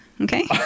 okay